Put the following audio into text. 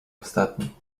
ostatni